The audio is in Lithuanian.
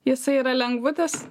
jisai yra lengvutis